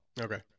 Okay